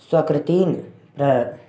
स्वकृत्यः प्राप्तं